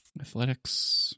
athletics